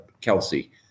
Kelsey